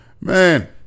Man